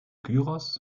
gyros